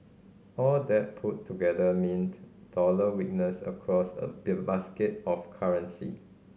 all that put together mean dollar weakness across a basket of currency